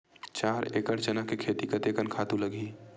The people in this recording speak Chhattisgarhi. चार एकड़ चना के खेती कतेकन खातु लगही?